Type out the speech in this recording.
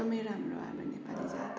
एकदमै राम्रो हाम्रो नेपाली जातहरू